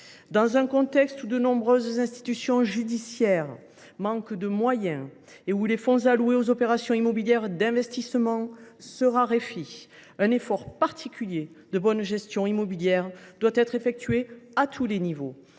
Dans un contexte où de nombreuses institutions judiciaires manquent de moyens et où les fonds alloués aux opérations immobilières d’investissement se raréfient, un effort particulier de bonne gestion immobilière doit être effectué à tous les niveaux.,